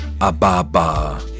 Ababa